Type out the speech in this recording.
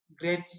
great